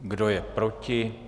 Kdo je proti?